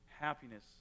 happiness